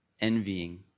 envying